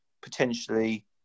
potentially